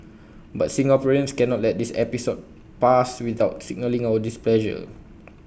but Singaporeans cannot let this episode pass without signalling our displeasure